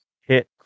hit